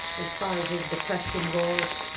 as far as his depression goes,